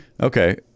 Okay